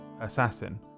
assassin